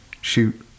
shoot